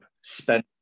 spend